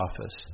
office